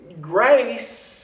grace